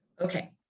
Okay